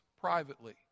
privately